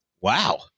Wow